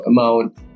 amount